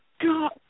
God